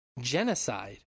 genocide